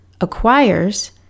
acquires